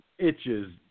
Itches